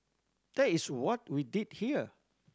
that is what we did here